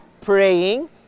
praying